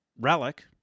Relic